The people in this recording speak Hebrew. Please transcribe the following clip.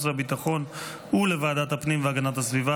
והביטחון ולוועדת הפנים והגנת הסביבה,